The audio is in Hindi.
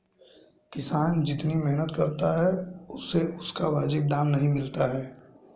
किसान जितनी मेहनत करता है उसे उसका वाजिब दाम नहीं मिलता है